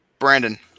Brandon